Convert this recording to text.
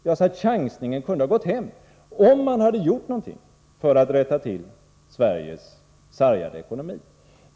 Jag sade att chansningen kunde ha gått hem, om man hade gjort någonting för att rätta till Sveriges sargade ekonomi.